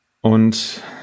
und